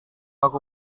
aku